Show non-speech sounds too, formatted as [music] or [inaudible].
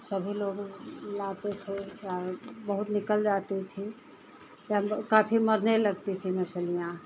सभी लोग लाते थे [unintelligible] बहुत निकल जाती थी [unintelligible] काफ़ी फिर मरने लगती थी मछलियाँ